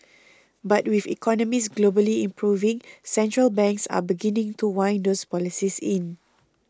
but with economies globally improving central banks are beginning to wind those policies in